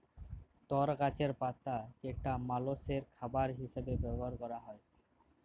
তর গাছের পাতা যেটা মালষের খাবার হিসেবে ব্যবহার ক্যরা হ্যয়